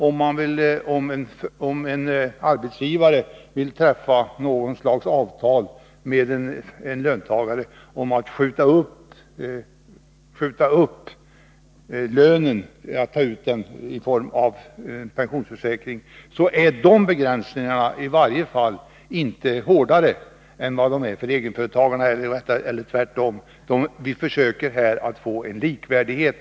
Om en arbetsgivare vill träffa något slags avtal med en löntagare om att skjuta upp lönen och ta ut den i form av en pensionsförsäkring, så är det möjligt. Begränsningarna i det avseendet är i varje fall inte hårdare för löntagarna än för egenföretagarna eller vice versa. Vi försöker här få likformighet.